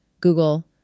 Google